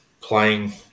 playing